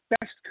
best